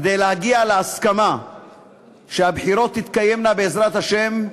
כדי להגיע להסכמה שהבחירות תתקיימנה, בעזרת השם,